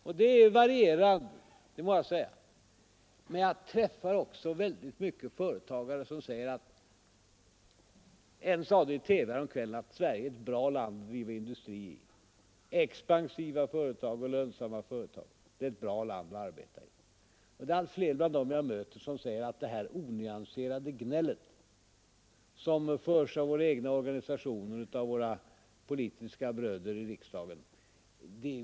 Uppfattningarna varierar, må jag säga, men jag träffar många företagare som säger — en sade det i TV häromkvällen — att Sverige är ett bra land att driva industri i, med expansiva och lönsamma företag, ett bra land att arbeta i. Allt fler bland dem jag möter anser att de inte längre vill ställa upp bakom det onyanserade gnället som förs av deras egna organisationer och av deras politiska bröder i riksdagen.